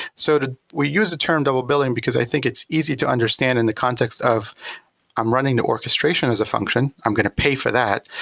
so we use the term double billing because i think it's easy to understand in the context of i'm running the orchestration as a function, i'm going to pay for that.